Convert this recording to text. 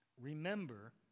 remember